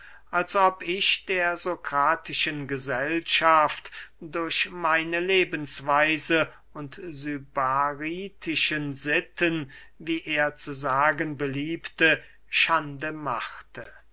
als ob ich der sokratischen gesellschaft durch meine lebensweise und sybaritische sitten wie er zu sagen beliebte schande machte